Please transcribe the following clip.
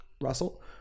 Russell